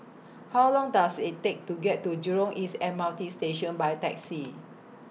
How Long Does IT Take to get to Jurong East M R T Station By Taxi